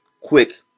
quick